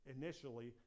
Initially